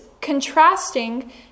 contrasting